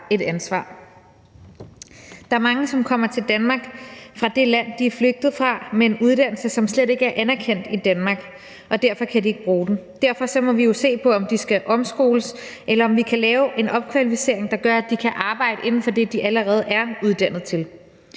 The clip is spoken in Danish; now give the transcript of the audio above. et ansvar. Der er mange, der kommer til Danmark fra det land, de er flygtet fra, med en uddannelse, som slet ikke er anerkendt i Danmark, og derfor kan de ikke bruge den. Derfor må vi jo se på, om de skal omskoles, eller om vi kan lave en opkvalificering, der gør, at de kan arbejde inden for det, de allerede er uddannet til.